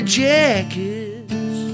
jackets